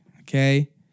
okay